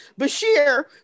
Bashir